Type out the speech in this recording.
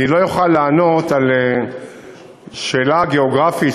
אני לא אוכל לענות על שאלה גיאוגרפית,